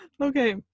Okay